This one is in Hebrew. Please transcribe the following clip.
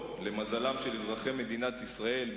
למזלם של אזרחי מדינת ישראל,